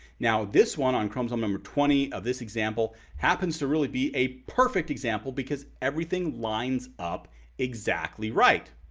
now this one on chromosome number twenty, of this example. happens to really be a perfect example because everything lines up exactly right.